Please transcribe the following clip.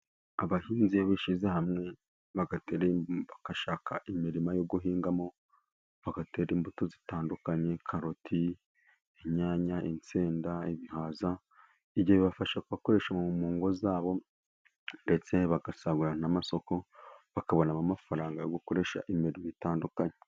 Abahinzi iyo bishyize hamwe bagashaka imirima yo guhingamo, bagatera imbuto zitandukanye. Karoti, inyanya, insenda, ibihaza ibyo bibafasha kubakoresha mu ngo zabo, ndetse bagasagurira n' amasosoko, bakabonamo amafaranga yo gukoresha imirimo itandukanye.